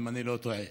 אם אני לא טועה.